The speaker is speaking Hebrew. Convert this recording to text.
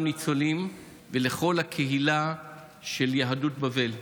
ניצולים ולכל הקהילה של יהדות בבל.